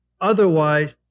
Otherwise